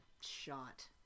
shot